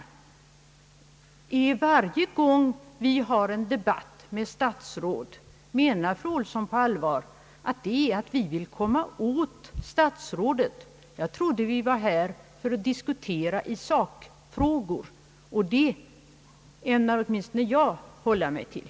Menar fru Ohlsson på allvar att varje gång vi har en debatt med statsråd så betyder det att vi vill »komma åt» det statsrådet? Jag trodde att vi var här för att diskutera i sakfrågor, och den ordningen ämnar åtminstone jag hålla mig till.